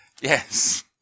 Yes